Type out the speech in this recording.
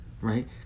Right